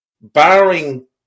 Barring